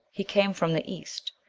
he came from the east.